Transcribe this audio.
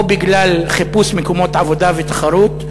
או בגלל חיפוש מקומות עבודה ותחרות,